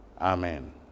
Amen